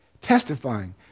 testifying